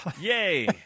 Yay